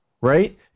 Right